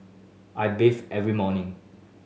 I bathe every morning